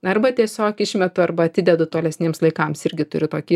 arba tiesiog išmetu arba atidedu tolesniems laikams irgi turiu tokį